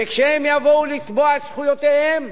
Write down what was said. שכשהם יבואו לתבוע את זכויותיהם,